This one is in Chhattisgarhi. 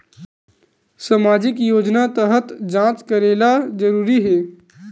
सामजिक योजना तहत जांच करेला जरूरी हे